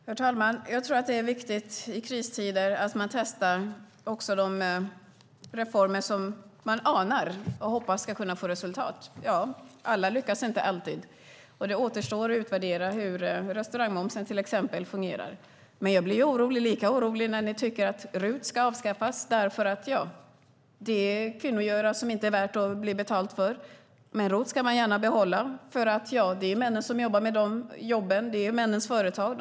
Herr talman! Jag tror att det är viktigt i kristider att testa reformer som man anar och hoppas ska kunna ge resultat. Allt lyckas inte alltid. Det återstår att utvärdera hur till exempel restaurangmomsen fungerar. Men jag blir lika orolig när ni tycker att RUT ska avskaffas därför att det är kvinnogöra som det inte är värt att betala för. ROT vill ni dock gärna behålla. Det är männens jobb och männens företag.